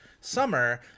Summer